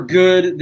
good